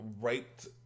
Raped